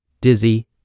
dizzy